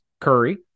Curry